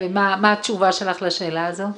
מה התשובה שלך לשאלה הזו?